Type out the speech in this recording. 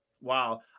Wow